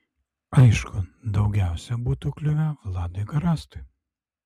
aišku daugiausiai būtų kliuvę vladui garastui